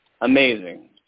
Amazing